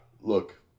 Look